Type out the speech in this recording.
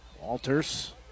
Walters